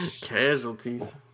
Casualties